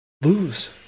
lose